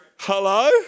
Hello